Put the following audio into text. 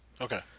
Okay